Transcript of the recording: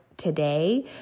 Today